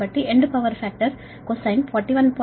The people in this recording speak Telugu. కాబట్టి పంపించే ఎండ్ పవర్ ఫాక్టర్ cosine 41